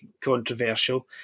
controversial